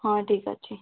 ହଁ ଠିକ୍ ଅଛି